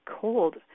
cold